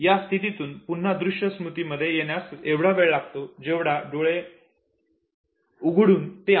या स्थितीतून पुन्हा दृश्य स्थितीमध्ये येण्यास एवढा वेळ लागतो जेवढा वेळ डोळे उघडून ते आपले काम करण्यास तयार होतात